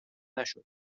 نشد